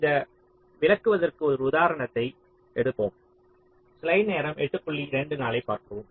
இதை விளக்குவதற்கு ஒரு உதாரணத்தை எடுப்போம்